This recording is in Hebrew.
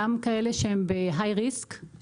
וגם כאלה שהם בסיכון גבוה,